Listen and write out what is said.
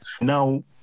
now